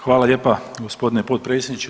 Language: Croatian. Hvala lijepa, gospodine potpredsjedniče.